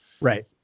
Right